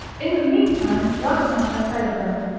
in the meantime thus much i say of them,